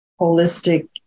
holistic